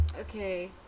Okay